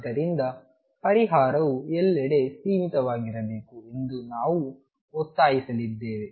ಆದ್ದರಿಂದ ಪರಿಹಾರವು ಎಲ್ಲೆಡೆ ಸೀಮಿತವಾಗಿರಬೇಕು ಎಂದು ನಾವು ಒತ್ತಾಯಿಸಲಿದ್ದೇವೆ